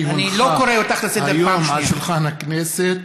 כי הונחה היום על שולחן הכנסת,